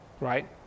right